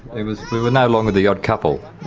it was, we were no longer the odd couple.